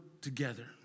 together